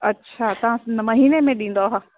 अच्छा तव्हां महीने में ॾींदव